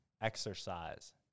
Exercise